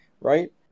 right